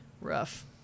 rough